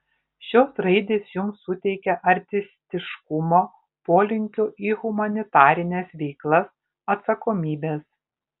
šios raidės jums suteikia artistiškumo polinkio į humanitarines veiklas atsakomybės